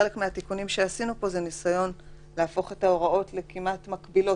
חלק מהתיקונים שעשינו פה זה ניסיון להפוך את ההוראות לכמעט מקבילות,